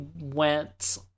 went